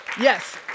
yes